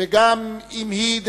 היא אינה רק